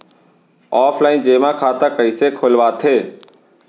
Offline जेमा खाता कइसे खोलवाथे?